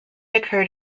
occurred